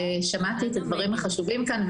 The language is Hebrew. שמעתי את הדברים החשובים כאן,